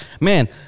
man